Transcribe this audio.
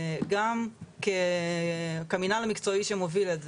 גם כמינהל המקצועי שמוביל את זה,